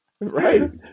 Right